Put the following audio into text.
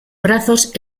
brazos